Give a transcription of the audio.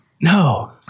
No